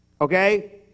okay